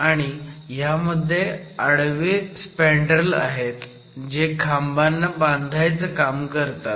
आणि ह्यामध्ये आडवे स्पँडरेल आहेत जे खांबांना बांधायचं काम करतात